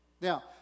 now